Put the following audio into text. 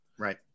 Right